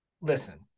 listen